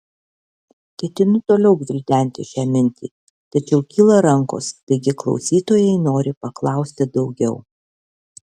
ketinu toliau gvildenti šią mintį tačiau kyla rankos taigi klausytojai nori paklausti daugiau